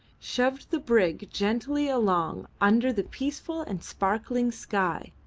shoved the brig gently along under the peaceful and sparkling sky,